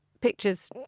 pictures